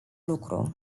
lucru